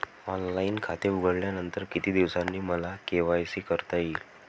Online खाते उघडल्यानंतर किती दिवसांनी मला के.वाय.सी करता येईल?